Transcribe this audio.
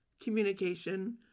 communication